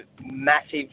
massive